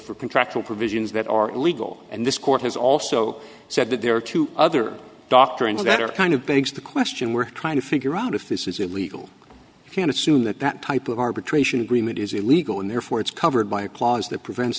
for contractual provisions that are illegal and this court has also said that there are two other doctrines that are kind of begs the question we're trying to figure out if this is illegal you can assume that that type of arbitration agreement is illegal and therefore it's covered by a clause that prevents